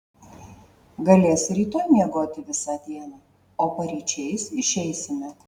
galėsi rytoj miegoti visą dieną o paryčiais išeisime